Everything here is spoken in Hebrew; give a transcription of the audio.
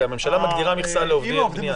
הממשלה מגדירה מכסה לעובדי בניין.